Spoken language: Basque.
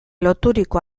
loturiko